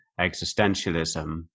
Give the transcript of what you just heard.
existentialism